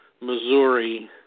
Missouri